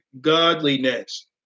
godliness